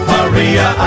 Maria